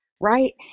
right